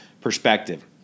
perspective